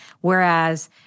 Whereas